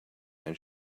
and